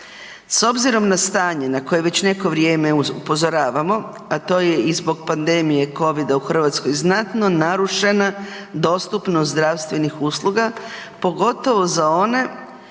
S obzirom na stanje na koje već neko vrijeme upozoravamo, a to je i zbog pandemije Covida u Hrvatskoj, znatno narušena dostupnost zdravstvenih usluga pogotovo za one